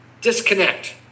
disconnect